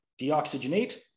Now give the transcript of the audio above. deoxygenate